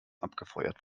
abgefeuert